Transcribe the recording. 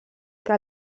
que